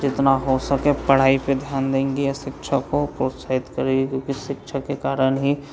जितना हो सके पढ़ाई पर ध्यान देंगे शिक्षकों को प्रोत्साहित करें क्योंकि शिक्षा के कारण ही